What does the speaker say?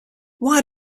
why